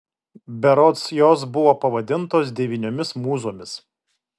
berods jos buvo pavadintos devyniomis mūzomis